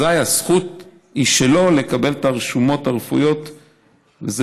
אזי הזכות לקבל את הרשומות הרפואיות היא שלו,